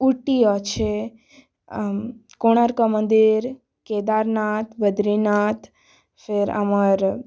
ଆଉ ଉଟି ଅଛେ ଆ କୋଣାର୍କ ମନ୍ଦିର କେଦାରନାଥ ବଦ୍ରୀନାଥ ଫିର୍ ଆମର୍